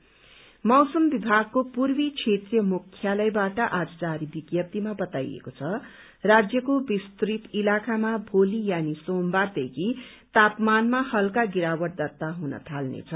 weather मौसम विभागो पूर्वी क्षेत्रीय मुख्यालयद्वारा आज जारी विज्ञप्तीमा बताइएको छ राज्यको विस्तृत इलाकामा भोली यानी शनिबारदेखि तापमानमा हल्का गिरावट दर्ता हुन थाल्यो